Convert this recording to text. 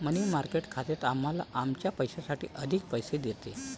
मनी market खाते आम्हाला आमच्या पैशासाठी अधिक पैसे देते